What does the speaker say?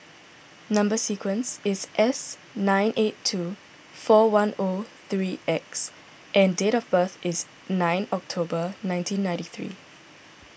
Number Sequence is S nine eight two four one O three X and date of birth is nine October nineteen ninety three